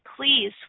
Please